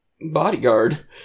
bodyguard